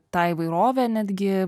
tą įvairovę netgi